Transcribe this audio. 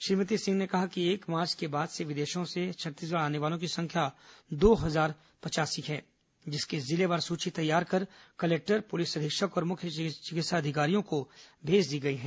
श्रीमती सिंह ने कहा कि एक मार्च के बाद विदेशों से छत्तीसगढ़ आने वालों की संख्या दो हजार पचासी है जिसकी जिलेवार सूची तैयार कर कलेक्टर पुलिस अधीक्षक और मुख्य चिकित्सा अधिकारियों को भेज दी गई है